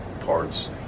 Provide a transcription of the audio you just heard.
parts